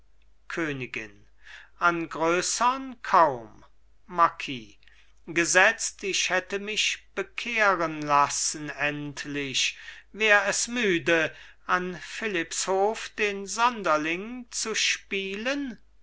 königin an größern kaum marquis gesetzt ich hätte mich bekehren lassen endlich wär es müde an philipps hof den sonderling zu spielen